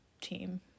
team